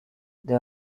they